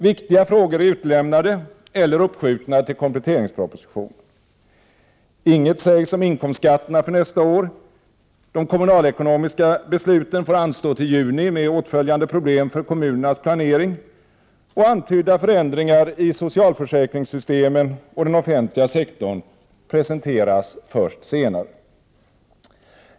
Viktiga frågor är utelämnade eller uppskjutna till kompletteringspropositionen. Inget sägs om inkomstskatterna för nästa år. De kommunalekonomiska besluten får anstå till juni med åtföljande problem för kommunernas planering, och antydda förändringar i socialförsäkringssystemen och den offentliga sektorn presenteras först senare.